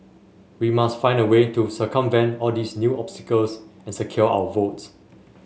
we must find a way to circumvent all these new obstacles and secure our votes